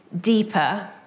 deeper